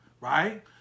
right